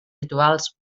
rituals